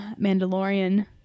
Mandalorian